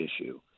issue